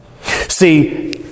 See